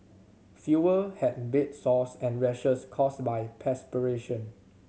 fewer have bed sores and rashes caused by perspiration